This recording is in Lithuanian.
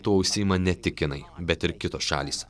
tuo užsiima ne tik kinai bet ir kitos šalys